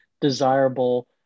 desirable